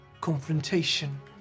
confrontation